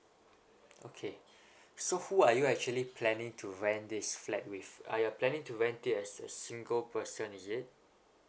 okay so who are you actually planning to rent this flat with are you're planning to rent it as a single person is it